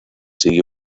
siguió